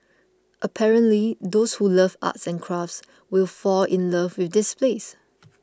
apparently those who love arts and crafts will fall in love with this place